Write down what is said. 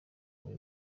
muri